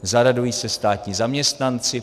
Zaradují se státní zaměstnanci.